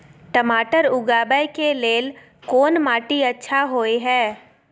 टमाटर उगाबै के लेल कोन माटी अच्छा होय है?